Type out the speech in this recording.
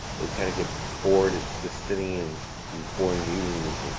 they kind of get bored it's just sitting in these boring meetings,